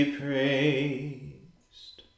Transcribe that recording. praised